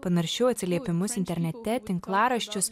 panaršiau atsiliepimus internete tinklaraščius